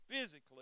physically